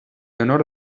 honor